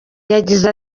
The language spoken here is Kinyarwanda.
yagize